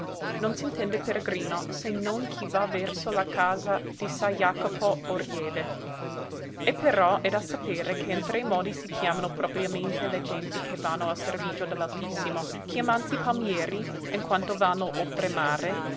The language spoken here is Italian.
non s'intende peregrino se non chi va verso la casa di sa iacopo o riede e però è da sapere che in tre modi si chiamano propriamente le genti che vanno al servigio de l'altissimo chiamansi palmieri in quanto vanno oltremare